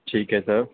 ਠੀਕ ਹੈ ਸਰ